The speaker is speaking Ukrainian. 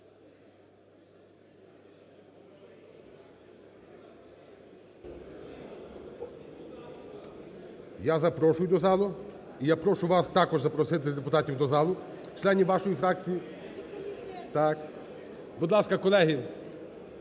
Я запрошую до залу. І я прошу вас також запросити депутатів до залу членів вашої фракції. Будь ласка, колеги,